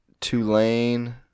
Tulane